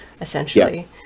essentially